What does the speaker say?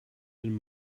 den